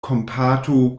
kompatu